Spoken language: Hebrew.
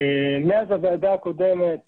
מאז הוועדה הקודמת